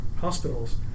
hospitals